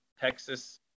Texas